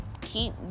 keep